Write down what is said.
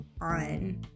on